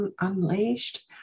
unleashed